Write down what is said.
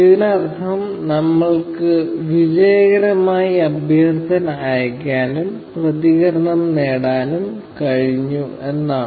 ഇതിനർത്ഥം നമ്മൾക്ക് വിജയകരമായി അഭ്യർത്ഥന അയക്കാനും പ്രതികരണം നേടാനും കഴിഞ്ഞു എന്നാണ്